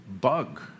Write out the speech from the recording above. bug